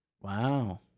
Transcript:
Wow